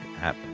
app